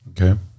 Okay